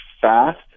fast